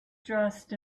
dressed